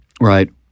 Right